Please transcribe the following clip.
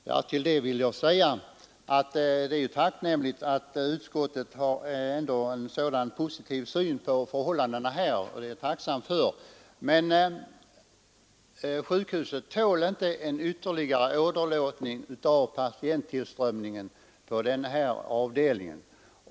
Fru talman! Till det vill jag säga att det är tacknämligt att utskottet har en så positiv syn på förhållandena vid KVS; det är jag tacksam för. Men sjukhuset tål inte en ytterligare åderlåtning av patienttillströmningen på den här avdelningen.